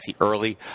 early